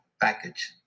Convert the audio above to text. package